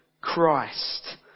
Christ